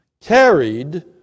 carried